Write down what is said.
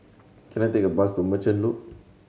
can I take a bus to Merchant Loop